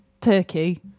turkey